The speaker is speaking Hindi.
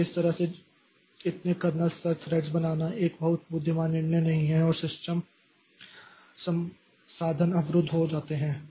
तो इस तरह से इितने कर्नेल स्तर थ्रेड्स बनाना एक बहुत बुद्धिमान निर्णय नहीं है और सिस्टम संसाधन अवरुद्ध हो जाते हैं